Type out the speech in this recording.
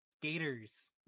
Gators